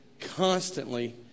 constantly